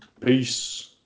Peace